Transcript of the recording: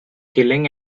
killing